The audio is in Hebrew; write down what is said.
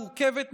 מורכבת,